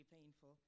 painful